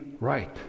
right